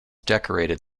decorated